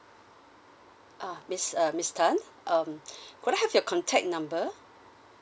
ah miss err miss tan um could I have your contact number